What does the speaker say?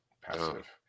Passive